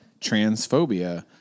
transphobia